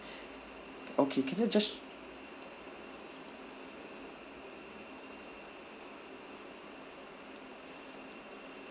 okay can I just